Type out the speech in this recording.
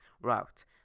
route